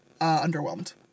underwhelmed